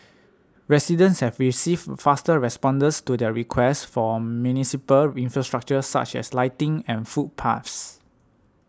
residents have received faster responses to their requests for municipal infrastructure such as lighting and footpaths